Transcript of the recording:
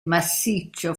massiccio